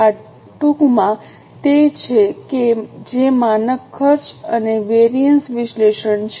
આ ટૂંકમાં તે છે કે જે માનક ખર્ચ અને વેરિએન્સ વિશ્લેષણ છે